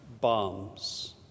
bombs